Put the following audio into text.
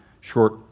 short